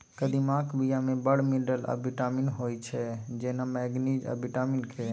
कदीमाक बीया मे बड़ मिनरल आ बिटामिन होइ छै जेना मैगनीज आ बिटामिन के